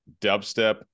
dubstep